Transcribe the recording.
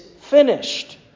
finished